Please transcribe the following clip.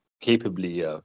capably